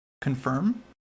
confirm